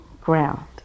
ground